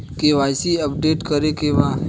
KYC update करे के बा?